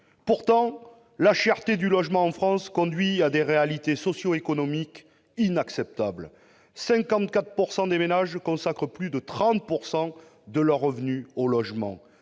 Pourtant, la cherté du logement en France conduit à des réalités socio-économiques inacceptables : 54 % des ménages consacrent plus de 30 % de leurs revenus au logement